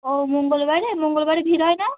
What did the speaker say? ও মঙ্গলবারে মঙ্গলবারে ভিড় হয় না